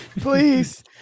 please